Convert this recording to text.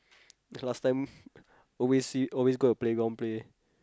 last time always see always go the playground play